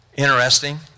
interesting